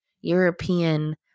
European